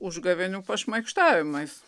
užgavėnių pašmaikštavimais